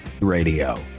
Radio